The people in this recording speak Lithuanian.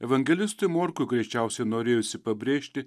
evangelistui morkui greičiausiai norėjosi pabrėžti